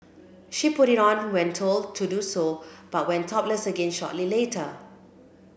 she put it on when told to do so but went topless again shortly later